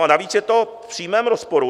A navíc je to v přímém rozporu.